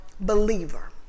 believer